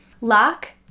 Lock